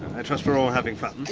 i trust we're all having fun?